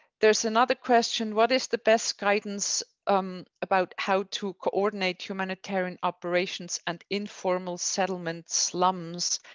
there's another question. what is the best guidance um about how to coordinate humanitarian operations and informal settlements, slums,